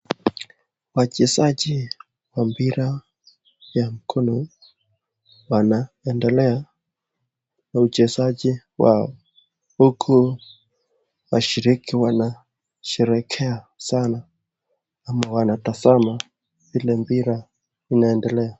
Wachezaji wa mpira ya mkono wanaendelea na uchezaji wao huku washiriki wana sherekea sana, ama wanatazama vile mpira unaendelea.